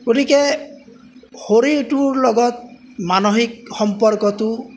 গতিকে শৰীৰটোৰ লগত মানসিক সম্পৰ্কটো